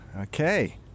Okay